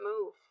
move